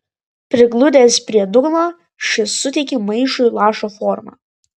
prigludęs prie dugno šis suteikė maišui lašo formą